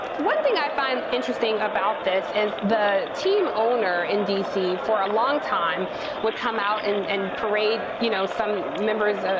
one thing i find interesting about this is the team owner in d c. for a long time would come out and and parade, you know, some members, ah